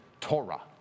Torah